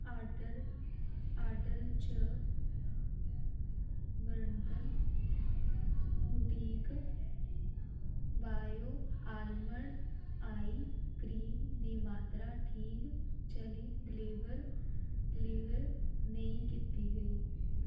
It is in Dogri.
ऑर्डर ऑर्डर च बर्णत Biotique bio almond eye cream दी मात्तरा ठीक चाल्ली डिलीवर डिलीवर नेईं कीती गेई